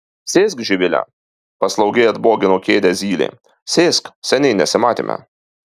sėsk živile paslaugiai atbogino kėdę zylė sėsk seniai nesimatėme